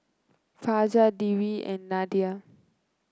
Fajar Dwi and Nadia